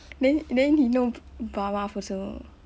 then then he know barath also